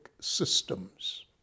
systems